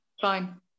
Fine